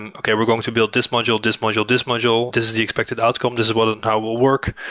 and okay we're going to build this module, this module, this module, this is the expected outcome, this is what i will work,